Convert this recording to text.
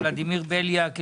ולדימיר בליאק,